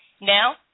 Now